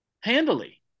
handily